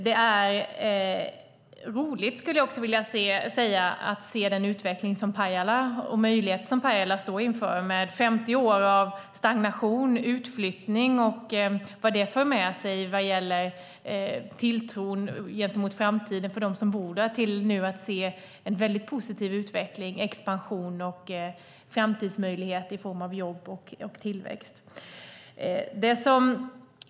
Det är roligt, skulle jag också vilja säga, att se den utveckling och de möjligheter som Pajala står inför: från 50 år av stagnation och utflyttning, med allt det för med sig vad gäller tilltron till framtiden för dem som bor där, till att nu se en väldigt positiv utveckling, expansion och framtidsmöjligheter i form av jobb och tillväxt.